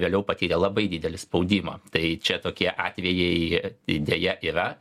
vėliau patyrė labai didelį spaudimą tai čia tokie atvejai deja yra